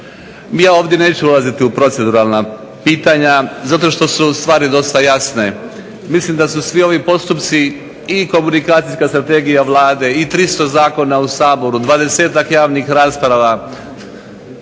Ja ovdje neću ulaziti u proceduralna pitanja zato što su stvari dosta jasne. Mislim da su svi ovi postupci i komunikacijska strategija Vlade i 300 zakona u Saboru, dvadesetak javnih rasprava,